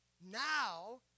now